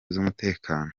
z’umutekano